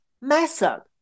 method